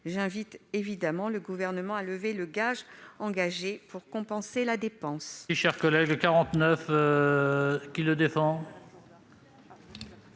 J'invite le Gouvernement à lever le gage engagé pour compenser la dépense.